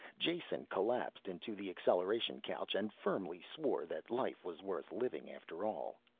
jason collapsed into the acceleration couch and firmly swore that life was worth living after all.